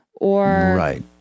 Right